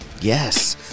yes